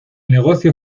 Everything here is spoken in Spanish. negocio